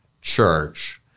church